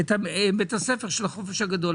את בית הספר של החופש הגדול.